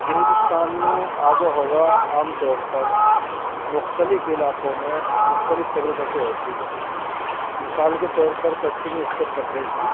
ہندوستان میں آب و ہوا عام طور پر مختلف علاقوں میں مختلف طریقے سے ہوتی ہے مثال کے طور پر پسچمی اتّر پردیش میں